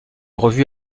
revu